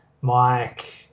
Mike